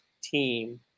team